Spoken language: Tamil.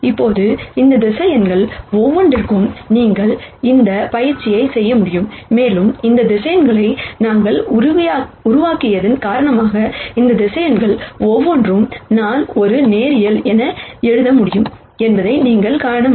இப்போது இந்த வெக்டர்ஸ் ஒவ்வொன்றிற்கும் நீங்கள் இந்த பயிற்சியைச் செய்ய முடியும் மேலும் இந்த வெக்டர்ஸ் நாங்கள் உருவாக்கியதன் காரணமாக இந்த வெக்டர்ஸ் ஒவ்வொன்றும் நான் ஒரு லீனியர் காம்பினேஷன் என எழுத முடியும் என்பதை நீங்கள் காண முடியும்